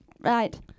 Right